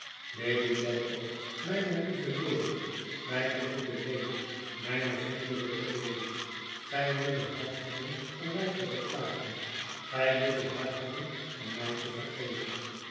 lady dedlock mijne lieve lady mijne goede lady mijne vriendelijke lady gij moet een hart hebben om mij te beklagen gij moet een hart hebben om mij te vergeven